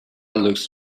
looks